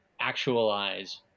actualize